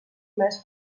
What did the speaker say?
més